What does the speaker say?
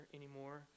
anymore